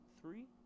three